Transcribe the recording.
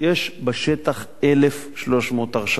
יש בשטח 1,300 הרשאות.